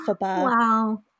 Wow